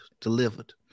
delivered